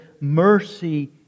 mercy